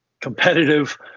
competitive